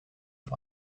für